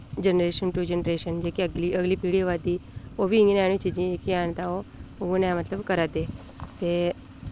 generation to generation जेह्की अगली अगली पीढ़ी आवै दी ओह् बी इ'यै नेही चीजें जेह्की हैन तां ओ उऐ नेहा मतलब करा दे ते